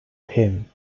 him